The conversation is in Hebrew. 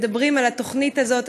מדברים על התוכנית הזאת,